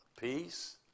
Peace